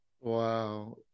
Wow